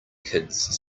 kids